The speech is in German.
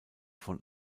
von